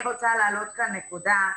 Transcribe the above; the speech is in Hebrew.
אני רוצה להעלות כאן נקודה,